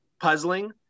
puzzling